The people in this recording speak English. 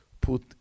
put